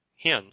hens